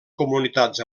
comunitats